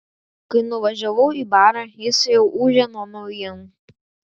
kai nuvažiavau į barą jis jau ūžė nuo naujienų